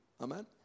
Amen